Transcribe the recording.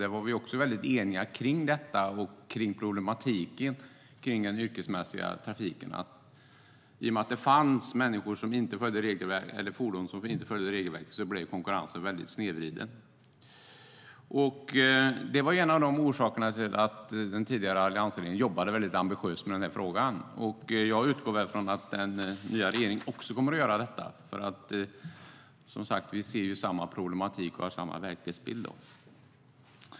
Då var vi eniga om detta och kring problematiken med den yrkesmässiga trafiken. I och med att det fanns fordon som inte följde regelverket blev konkurrensen väldigt snedvriden. Det var en av orsakerna till att den tidigare alliansregeringen jobbade väldigt ambitiöst med denna fråga. Jag utgår ifrån att också den nya regeringen kommer att göra det. Vi ser ju samma problematik och har samma verklighetsbild.